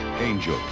Angel